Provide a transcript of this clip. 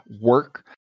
work